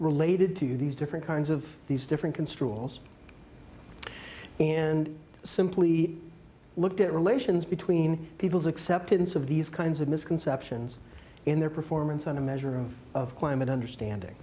related to these different kinds of these different construal and simply looked at relations between people's acceptance of these kinds of misconceptions in their performance on a measure of climate understanding